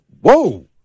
Whoa